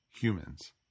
humans